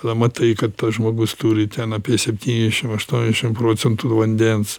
tada matai kad tas žmogus turi ten apie septyniasdešim aštuoniasdešim procentų vandens